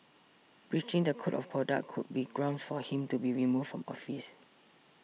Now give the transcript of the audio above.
breaching the code of conduct could be grounds for him to be removed from office